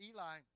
Eli